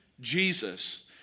Jesus